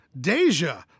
Deja